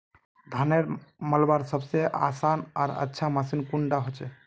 धानेर मलवार सबसे आसान आर अच्छा मशीन कुन डा होचए?